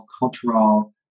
cultural